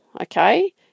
okay